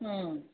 ꯎꯝ